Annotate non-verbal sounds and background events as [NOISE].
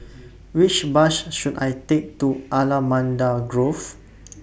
Which Bus should I Take to Allamanda Grove [NOISE]